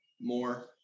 more